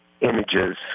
images